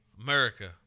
America